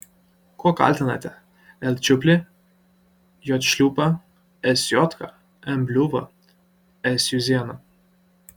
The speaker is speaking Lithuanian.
kuo kaltinate l čiuplį j šliūpą s jodką m bliuvą s juzėną